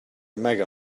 mega